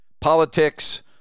politics